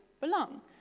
belong